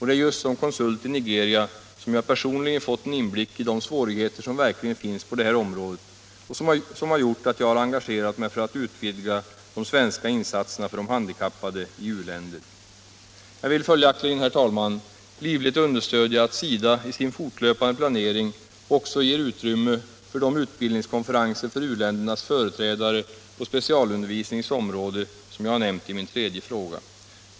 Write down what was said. Det är just som konsult i Nigeria som jag personligen har fått en inblick i de svårigheter som verkligen finns på detta område, och det har gjort att jag har engagerat mig för att utvidga de svenska insatserna för de handikappade i u-länder. Jag vill följaktligen, herr talman, livligt understödja att SIDA i sin fortlöpande planering också ger utrymme för de utbildningskonferenser för u-ländernas företrädare på specialundervisningens område som jag har nämnt i min tredje fråga.